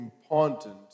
important